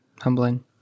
humbling